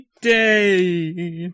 day